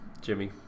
Jimmy